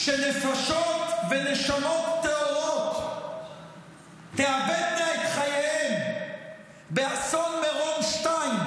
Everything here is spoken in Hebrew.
שכשנפשות ונשמות טהורות תאבדנה את חייהן באסון מירון 2,